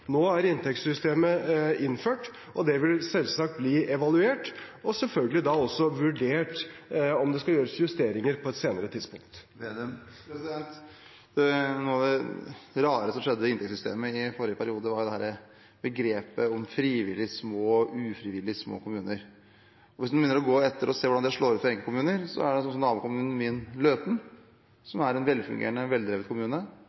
Nå er inntektssystemet innført. Det vil selvsagt bli evaluert og selvfølgelig da også vurdert om det skal gjøres justeringer på et senere tidspunkt. Noe av det rare som skjedde med inntektssystemet i forrige periode, var dette begrepet om «frivillig små» og «ufrivillig små» kommuner. Hvis man begynner å gå etter og se hvordan det slår ut for enkeltkommuner, som nabokommunen min, Løten – som er en velfungerende, veldrevet kommune